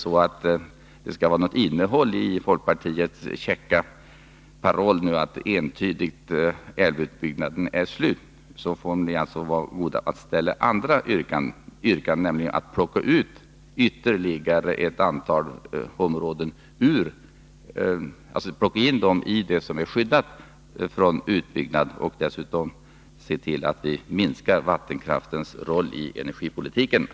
Skall det vara något innehåll i folkpartiets käcka paroll med ett entydigt ”Älvutbyggnaden är slut”, får ni som sagt ställa andra yrkanden. Ni får då plocka in ytterligare ett antal områden bland dem som är skyddade från utbyggnad och dessutom se till att vi minskar vattenkraftens roll i energipolitiken.